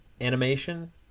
animation